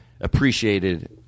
appreciated